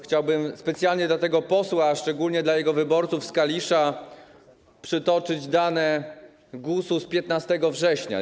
Chciałbym specjalnie dla tego posła, a szczególnie dla jego wyborców z Kalisza, przytoczyć dane GUS-u z 15 września.